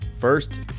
First